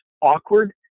awkward